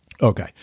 Okay